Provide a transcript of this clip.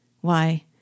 Why